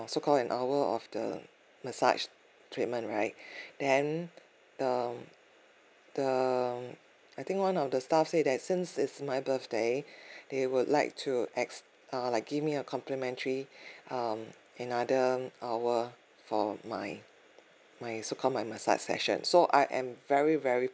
so called an hour of the massage treatment right then the the I think one of the staff said that since it's my birthday they would like to ex uh like give me a complimentary um another hour for my my so called my massage session so I am very very